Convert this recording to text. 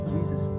Jesus